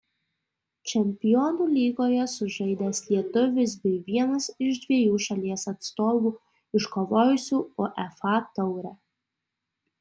čempionų lygoje sužaidęs lietuvis bei vienas iš dviejų šalies atstovų iškovojusių uefa taurę